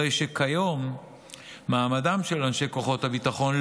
הרי שכיום אנשי כוחות הביטחון,